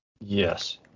yes